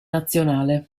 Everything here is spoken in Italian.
nazionale